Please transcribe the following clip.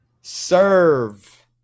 Serve